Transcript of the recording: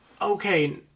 Okay